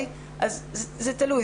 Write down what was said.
זה תלוי.